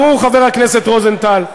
ברור, חבר הכנסת רוזנטל,